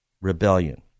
rebellion